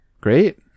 Great